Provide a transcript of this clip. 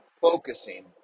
focusing